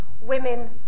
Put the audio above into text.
women